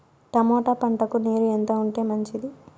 Tomato పంటకు నీరు ఎంత ఉంటే మంచిది?